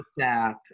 WhatsApp